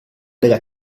della